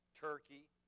Turkey